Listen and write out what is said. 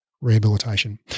Rehabilitation